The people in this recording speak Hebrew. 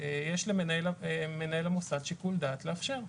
יש למנהל המוסד שיקול דעת לאפשר.